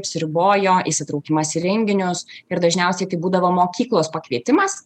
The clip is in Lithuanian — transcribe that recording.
apsiribojo įsitraukimas į renginius ir dažniausiai tai būdavo mokyklos pakvietimas